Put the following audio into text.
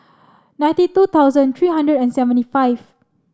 ninety two thousand three hundred and seventy five